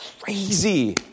crazy